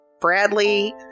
Bradley